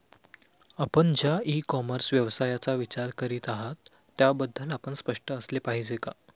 आपण ज्या e commerce व्यवसायाचा विचार करीत आहात त्याबद्दल आपण स्पष्ट असले पाहिजे का?